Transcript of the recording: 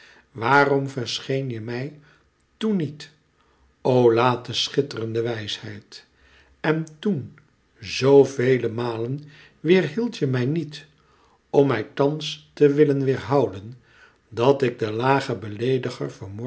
waarom verscheen je mij toèn niet o late schitterende wijsheid en toèn zo vele malen weêrhieldt je mij niet om mij thàns te willen weêrhouden dat ik den lagen beleediger